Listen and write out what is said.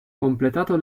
completato